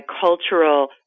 cultural